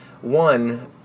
one